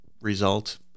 result